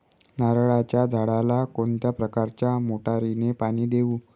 नारळाच्या झाडाला कोणत्या प्रकारच्या मोटारीने पाणी देऊ?